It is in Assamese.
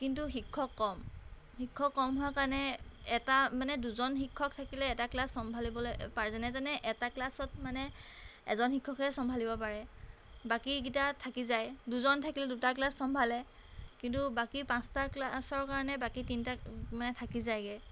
কিন্তু শিক্ষক কম শিক্ষক কম হোৱাৰ কাৰণে এটা মানে দুজন শিক্ষক থাকিলে এটা ক্লাছ চম্ভালিবলৈ পাৰে যেনে তেনে এটা ক্লাছত মানে এজন শিক্ষকে চম্ভালিব পাৰে বাকীকেইটা থাকি যায় দুজন থাকিলে দুটা ক্লাছ চম্ভালে কিন্তু বাকী পাঁচটা ক্লাছৰ কাৰণে বাকী তিনিটা মানে থাকি যায়গৈ